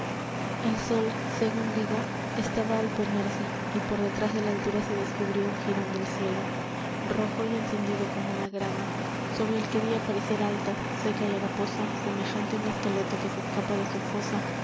el sol según digo estaba al ponerse y por detrás de la altura se descubría un jirón del cielo rojo y encendido como la grana sobre el que vi aparecer alta seca y haraposa semejante á un esqueleto que se escapa de su fosa